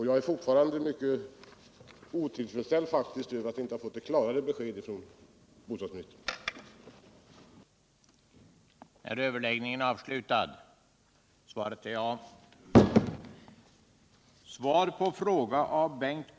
Jag är fortfarande mycket otillfredsställd med att jag inte har fått ett klarare besked från bostadsministern.